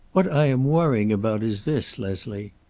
what i am worrying about is this, leslie.